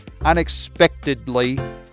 unexpectedly